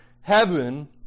heaven